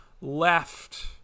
left